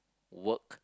work